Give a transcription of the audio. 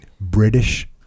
British